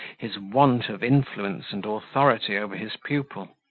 his want of influence and authority over his pupil,